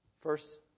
First